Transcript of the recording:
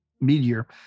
meteor